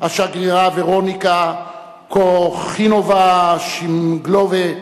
השגרירה ורוניקה קוחינובה שמיגולובה,